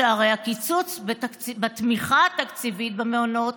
שהרי הקיצוץ בתמיכה התקציבית במעונות